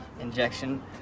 injection